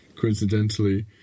Coincidentally